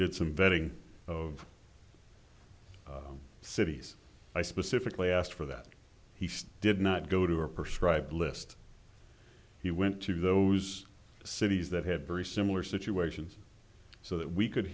did some vetting of cities i specifically asked for that he did not go to a person list he went to those cities that had very similar situations so that we could